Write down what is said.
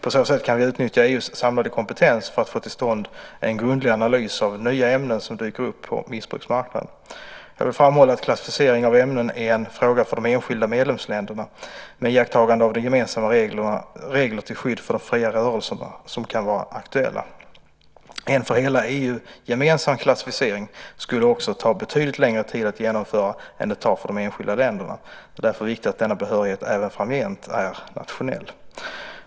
På så sätt kan vi utnyttja EU:s samlade kompetens för att få till stånd en grundlig analys av nya ämnen som dyker upp på missbruksmarknaden. Jag vill framhålla att klassificering av ämnen är en fråga för de enskilda medlemsländerna - med iakttagande av de gemensamma regler till skydd för de fria rörelserna som kan vara aktuella. En för hela EU gemensam klassificering skulle också ta betydligt längre tid att genomföra än det tar för de enskilda länderna. Det är därför viktigt att denna behörighet även framgent är nationell.